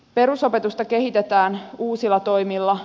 perusopetusta kehitetään uusilla toimilla